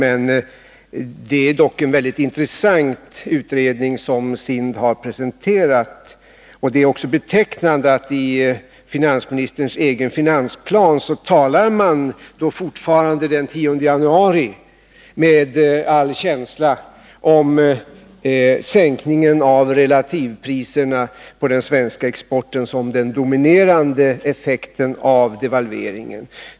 Men det är dock en väldigt intressant utredning som SIND har presenterat, och det är också betecknande att man i finansministerns egen finansplan fortfarande den 10 januari talar med all känsla om sänkningen av relativpriserna på den svenska exporten som den dominerande effekten av devalveringen.